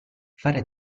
fare